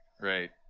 right